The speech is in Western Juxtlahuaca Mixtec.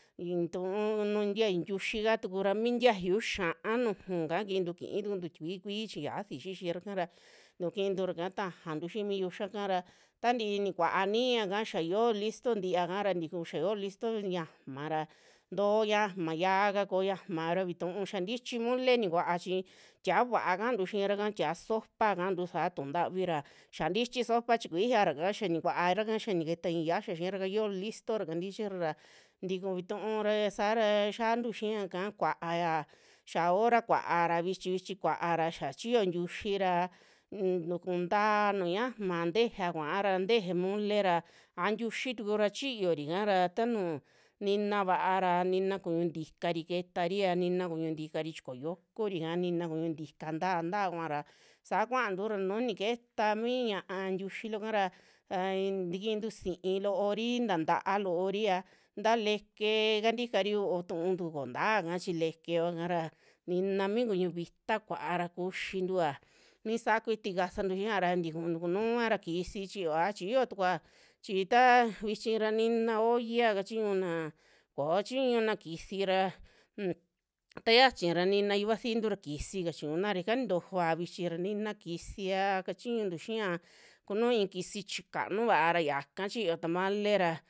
Intuu nuu tiayu ntiuxi kaa tukura, mi tiayu xia'a nuju ka kiintu, kiitukuntu tikui kuui chi yaxii xixira kara nuu kiinturaka tajantu xii mi yiuxa kara, tantii nikuaa niiaka xaa yoo listo tiiaka ra, tikuu xia yoo listo ña'ama ra, ntoo ña'ama xiaaka koo ña'amara vitu xia ntichi mole nikua chi tia'a va'a kaantu xiiraka, tia'a sopa ka'antu saa tu'un ntavi ra, xia tichi sopa chi kuiyara ka xaa nikuaraka xa niketa ixii xiayia xii raka yoo listoraka tichira ra, tiku vituu ra saara xiaantu xiaka kua'aya, xa hora kua'ara vichi, vichi kuara xaa chiyo ntiuyi ra un- tiku ntaa nuju ña'ama tejea kuaara, teje molera aja ntiuyi tukura chiyori kara taanu ninava'a ra, nina kuñu ntikari ketaria, nina kuñu ntikari chi ko yokorika nina kuñu ntika nta nta kuara, saa kuantu ra nuu nikeeta mi ña'a ntiuxi loo kara ra tikintu si'i loori taa nta'a looria nta leke kantikari yo'o tu'untu koo ntaka chi lekeva kuakara, nina mi kuñu vita kua'a ra kuxintua mi saa kuiti kasantu xiaa ra tiku tukunuara kisi chiyova, chiyo tukua chi taa vichi ra nina olla kachiñuna koo kachiñuna kisira un taa xiachira nina yuvasiintu ra kisi kachuñuna ra ika nitojoa vichi ra, nina kisiva kachiñuntu xia kunuu i'i kisi chikanuvaa ra yaka chiyo tamale ra.